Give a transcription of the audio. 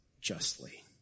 justly